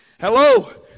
Hello